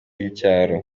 by’icyaro